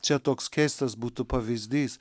čia toks keistas būtų pavyzdys